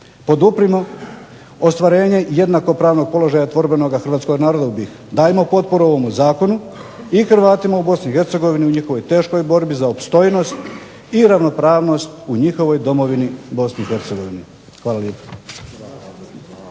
Poduprimo ostvarenje jednakopravnog položaja tvorbenoga Hrvatskog naroda, dajmo potporu ovom zakonu i Hrvatima u BiH i njihovoj teškoj borbi za opstojnost i ravnopravnost u njihovoj domovini u Bih. Hvala lijepo.